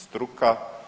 Struka.